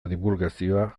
dibulgazioa